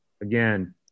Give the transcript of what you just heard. again